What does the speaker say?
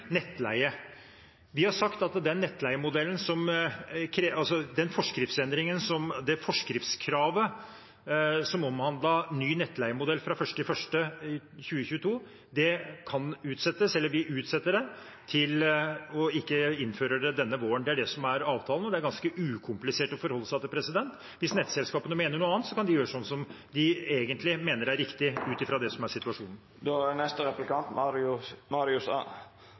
nettleie: Vi har sagt at det forskriftskravet som omhandlet ny nettleiemodell fra 1. januar 2022, utsetter vi. Vi innfører det ikke denne våren. Det er det som er avtalen, og det er ganske ukomplisert å forholde seg til. Hvis nettselskapene mener noe annet, kan de gjøre det de egentlig mener er riktig, ut fra det som er situasjonen.